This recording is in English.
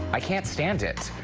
i can't stand it.